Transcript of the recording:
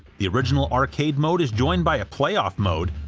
the original arcade mode is joined by a playoff mode,